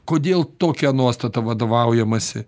kodėl tokia nuostata vadovaujamasi